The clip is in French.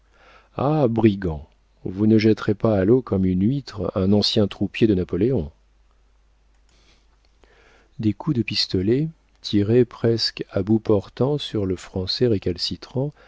ah brigands vous ne jetterez pas à l'eau comme une huître un ancien troupier de napoléon des coups de pistolet tirés presque à bout portant sur le français